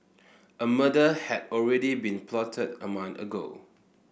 a murder had already been plotted a month ago